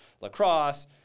lacrosse